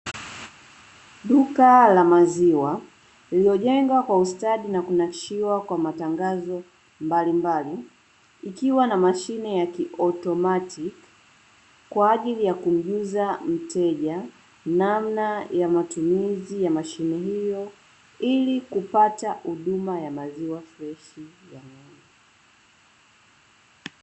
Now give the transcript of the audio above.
Duka la maziwa lililojengwa kwa ustadi na kunakishiwa kwa matangazo mbalimbali, ikiwa na mashine ya kiautomatiki kwa ajili ya kumjuza mteja namna ya matumizi ya mashine hiyo ili kupata huduma ya maziwa freshi ya ng'ombe.